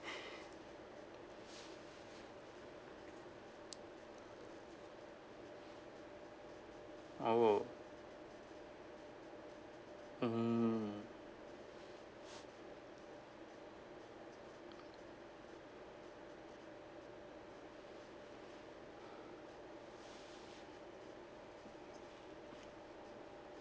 oh mmhmm